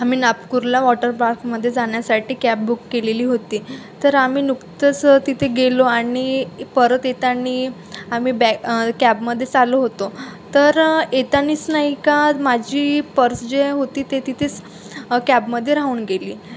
आम्ही नागपुरला वॉटर पार्कमध्ये जाण्यासाठी कॅब बुक केलेली होती तर आम्ही नुकतंच तिथे गेलो आणि परत येताना आम्ही बॅ कॅबमध्ये चालू होतो तर येतानाच नाही का माझी पर्स जे होती ते तिथेच कॅबमध्ये राहून गेली